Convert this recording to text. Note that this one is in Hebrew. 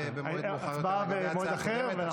ובמועד מאוחר יותר אני מביא הצעה אחרת.